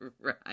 right